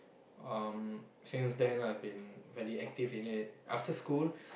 uh since then I've been very active in it after school